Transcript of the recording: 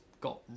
got